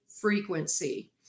frequency